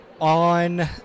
On